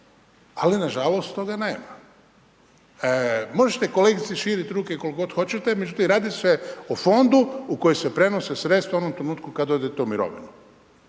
ali nažalost toga nema. Možete kolegice širit ruke koliko god hoćete, međutim radi se o fondu u koji se prenose sredstva u onom trenutku kad odete u mirovinu.